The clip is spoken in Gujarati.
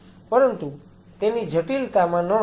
પરંતુ તેની જટિલતામાં ન આવો